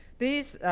these